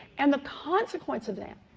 and the consequence of that,